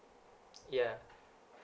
ya